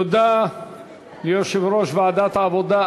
תודה ליושב-ראש ועדת העבודה,